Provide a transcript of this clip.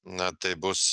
na tai bus